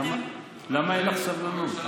למה אין לך סבלנות?